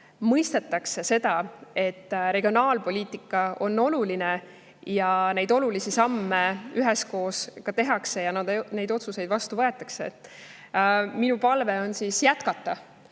mõistetakse, et regionaalpoliitika on oluline ning neid olulisi samme üheskoos tehakse ja otsuseid vastu võetakse. Minu palve on jätkata